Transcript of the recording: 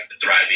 thriving